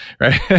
right